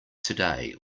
today